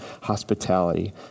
hospitality